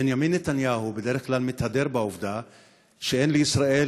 בנימין נתניהו בדרך כלל מתהדר שאין לישראל